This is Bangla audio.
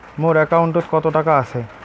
মোর একাউন্টত কত টাকা আছে?